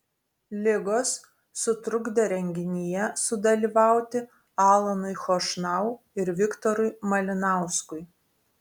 ligos sutrukdė renginyje sudalyvauti alanui chošnau ir viktorui malinauskui